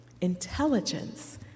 intelligence